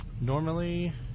Normally